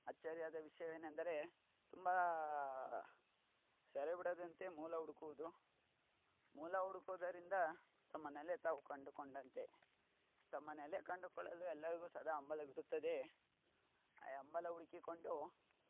ಅಚ್ಚರಿಯಾದ ವಿಷಯವೇನೆಂದರೆ ತುಂಬ ಸಾರಿ ಬಿಡದಂತೆ ಮೂಲ ಹುಡುಕುವುದು ಮೂಲ ಹುಡುಕುವುದರಿಂದ ತಮ್ಮ ನೆಲೆ ತಾವು ಕಂಡುಕೊಂಡಂತೆ ತಮ್ಮ ನೆಲೆ ಕಂಡುಕೊಳ್ಳಲು ಎಲ್ಲರಿಗೂ ಸದಾ ಹಂಬಲವಿರುತ್ತದೆ ಈ ಹಂಬಲ ಹುಡುಕಿಕೊಂಡು